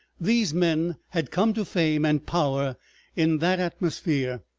these men had come to fame and power in that atmosphere,